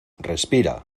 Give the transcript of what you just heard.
respira